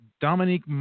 Dominique